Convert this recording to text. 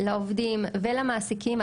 לעובדים ולמעסיקים.